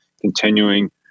continuing